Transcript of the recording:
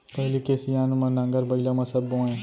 पहिली के सियान मन नांगर बइला म सब बोवयँ